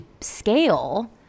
scale